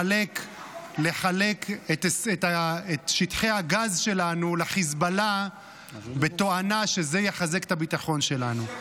-- לחלק את שטחי הגז שלנו לחיזבאללה בתואנה שזה יחזק את הביטחון שלנו.